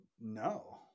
no